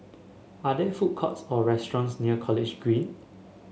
are there food courts or restaurants near College Green